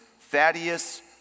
Thaddeus